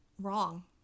wrong